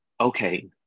okay